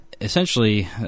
essentially